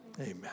amen